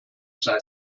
sein